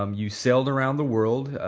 um you sailed around the world,